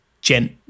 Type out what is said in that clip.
gent